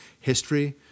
history